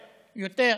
יותר.